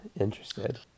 interested